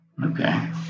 Okay